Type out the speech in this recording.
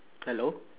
hello